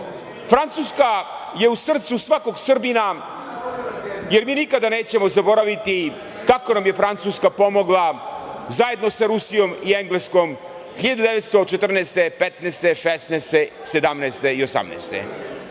Francuska je u srcu svakog Srbina, jer mi nikada nećemo zaboraviti kako nam je Francuska pomogla zajedno sa Rusijom i Engleskom 1914, 1915, 1916, 1917. i 1918.